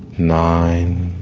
nine